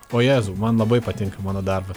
ojezau man labai patinka mano darbas